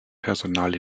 personal